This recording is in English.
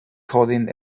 coding